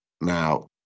Now